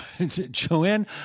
Joanne